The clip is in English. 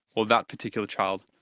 or that particular child,